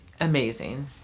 amazing